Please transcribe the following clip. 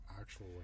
actual